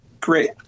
great